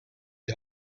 die